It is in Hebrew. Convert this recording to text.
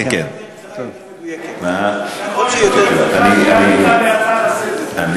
ככל שהתשובה קצרה יותר, היא